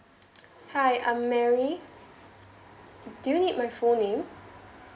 hi I'm mary do you need my full name